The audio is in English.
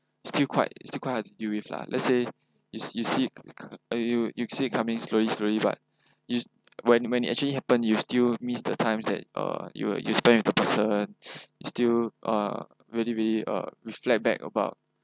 still quite still quite hard to deal with lah let's say you you see uh you you see it coming slowly slowly but you when when it actually happened you still miss the times that uh you you spend with the person you still uh really very uh reflect back about